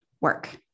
work